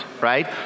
right